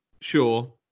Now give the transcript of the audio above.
sure